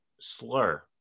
slur